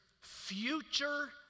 Future